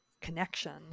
connection